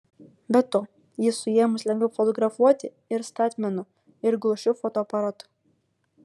be to jį suėmus lengviau fotografuoti ir statmenu ir gulsčiu fotoaparatu